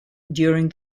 during